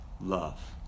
love